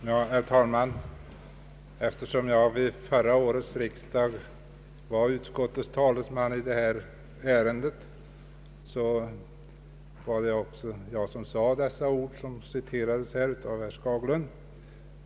Herr talman! Eftersom jag vid förra årets riksdag var utskottets talesman i detta ärende var det också jag som sade de ord som citerades av herr Skagerlund.